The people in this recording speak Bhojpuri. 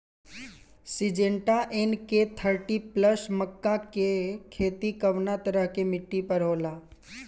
सिंजेंटा एन.के थर्टी प्लस मक्का के के खेती कवना तरह के मिट्टी पर होला?